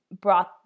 brought